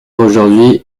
aujourd’hui